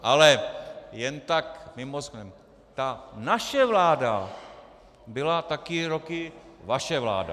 Ale jen tak mimochodem, naše vláda byla také roky vaše vláda.